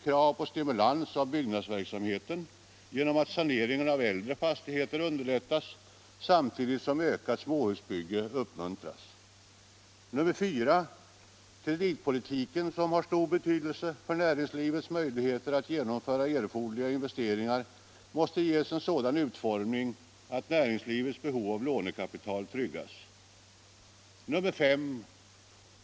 Krav på stimulans av byggnadsverksamheten genom att saneringen av äldre fastigheter underlättas, samtidigt som ökat småhusbygge uppmuntras. 4. Kreditpolitiken som har stor betydelse för näringslivets möjligheter att genomföra erforderliga investeringar måste ges en sådan utformning att näringslivets behov av lånekapital tryggas. 5.